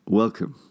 welcome